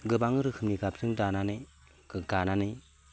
गोबां रोखोमनि गाबजों दानानै गानानै